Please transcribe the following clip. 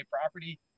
property